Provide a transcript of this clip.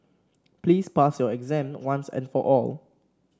please pass your exam once and for all